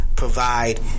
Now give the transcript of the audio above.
Provide